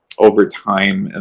over time, and